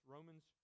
Romans